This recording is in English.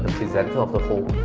presenter of the home,